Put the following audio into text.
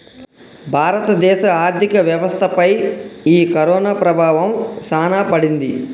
భారత దేశ ఆర్థిక వ్యవస్థ పై ఈ కరోనా ప్రభావం సాన పడింది